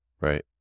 Right